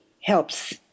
helps